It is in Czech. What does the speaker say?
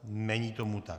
Není tomu tak.